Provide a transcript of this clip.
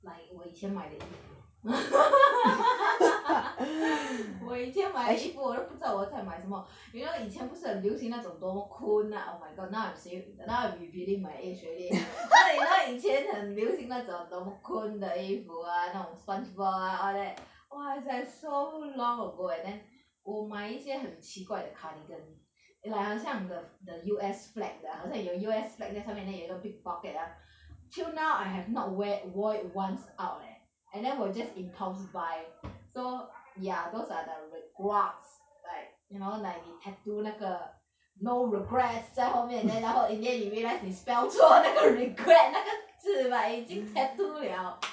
like 我以前买的衣服 我以前买的衣服我都不知道我在买什么 you know 以前不是很流行那种 domo kun ah oh my god now I am saying now I am revealing my age already you know you know 以前很流行那种 domo kun 的衣服 ah 那种 spongebob all that !wah! is like so long ago and then 我买一些很奇怪的 cardigan like 好像 the the U_S flag 的好像的 U_S flag 在下面 then 有一个 big pocket ah till now I have not wear wore it once out eh and then 我 just impulse buy so ya those are the grow up like you know like 你 tattoo 那个 no regrets 在后面 then 然后 in the end 你 realise 你 spell 错那个 regret 那个字 like 已经 tattoo liao